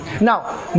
Now